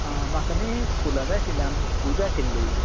आ म्हाका न्ही फुलां जाय आशिल्ली आमची पुजा आशिल्ली